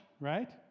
right